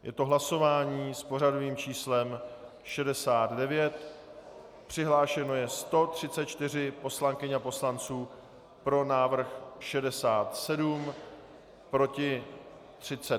Je to hlasování s pořadovým číslem 69, přihlášeno je 134 poslankyň a poslanců, pro návrh 67, proti 36.